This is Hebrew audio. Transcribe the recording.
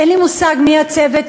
אין לי מושג מי הצוות,